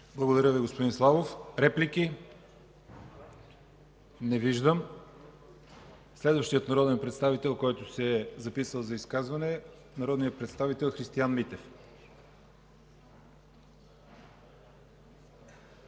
Благодаря Ви, господин Славов. Реплики? Не виждам. Следващият, който се е записал за изказване, е народният представител Христиан Митев.